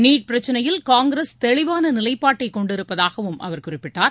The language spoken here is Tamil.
நீட் பிரச்சினையில் காங்கிரஸ் தெளிவான நிலைப்பாட்டை கொண்டிருப்பதாகவும் அவர் குறிப்பிட்டார்